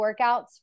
workouts